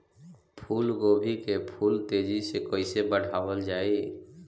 फूल गोभी के फूल तेजी से कइसे बढ़ावल जाई?